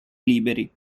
liberi